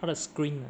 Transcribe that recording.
它的 screen